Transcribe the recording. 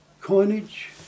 coinage